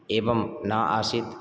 एवं ना आसीत्